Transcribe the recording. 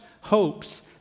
hopes